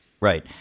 Right